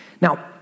Now